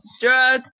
Drug